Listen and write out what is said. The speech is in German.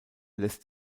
lässt